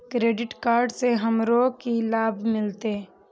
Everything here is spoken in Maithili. क्रेडिट कार्ड से हमरो की लाभ मिलते?